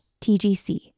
tgc